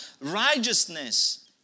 righteousness